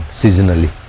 seasonally